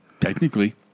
technically